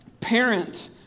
parent